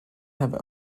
have